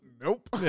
Nope